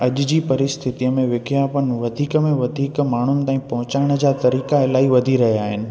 अॼु जी परिस्थितीअ में विज्ञापन वधीक में वधीक माण्हुनि ताईं पहुचाइण जा तरीक़ा इलाही वधी रहिया आहिनि